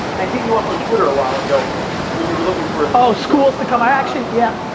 hit you up on twitter a while ago when you were looking for oh, schools to come action, yep.